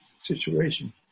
situation